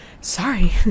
Sorry